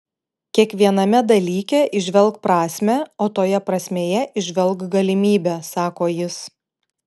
kiekviename dalyke įžvelk prasmę o toje prasmėje įžvelk galimybę sako jis